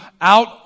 out